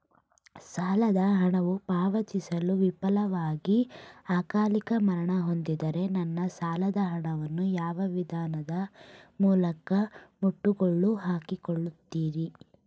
ಸಾಲದ ಹಣವು ಪಾವತಿಸಲು ವಿಫಲವಾಗಿ ಅಕಾಲಿಕ ಮರಣ ಹೊಂದಿದ್ದರೆ ನನ್ನ ಸಾಲದ ಹಣವನ್ನು ಯಾವ ವಿಧಾನದ ಮೂಲಕ ಮುಟ್ಟುಗೋಲು ಹಾಕಿಕೊಳ್ಳುತೀರಿ?